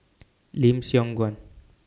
Lim Siong Guan